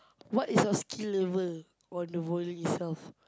what is your skill level on the bowling itself